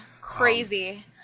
crazy